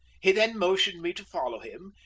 he then motioned me to follow him,